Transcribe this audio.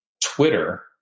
twitter